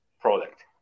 product